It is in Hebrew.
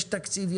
יש תקציב,